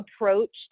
approached